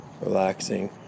relaxing